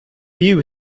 you